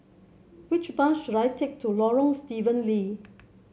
which bus should I take to Lorong Stephen Lee